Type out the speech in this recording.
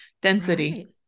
density